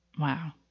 Wow